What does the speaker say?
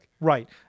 Right